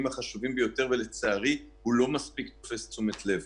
החשובים ביותר ולצערי הוא לא מספיק תופס תשומת לב.